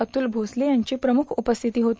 अतुल भोसले यांची प्रमुख उपस्थिती होती